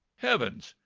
heavens!